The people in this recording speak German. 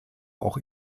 auch